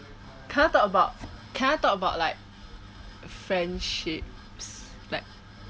can I talk about can I talk about like friendships like